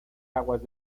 aguas